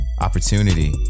opportunity